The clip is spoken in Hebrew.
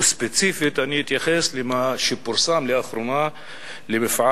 וספציפית אני אתייחס למה שפורסם לאחרונה על מפעל